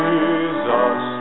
Jesus